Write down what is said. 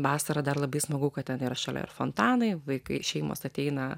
vasarą dar labai smagu kad ten yra šalia ir fontanai vaikai šeimos ateina